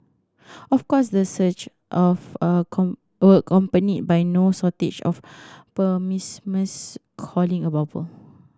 of course the surge of accompanied by no shortage of pessimist calling a bubble